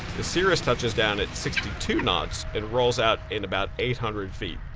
the cirrus touches down at sixty two knots and rolls out in about eight hundred feet.